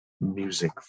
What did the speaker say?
music